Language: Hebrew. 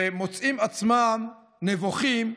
ומוצאים עצמם נבוכים,